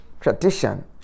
tradition